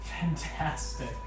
fantastic